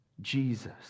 Jesus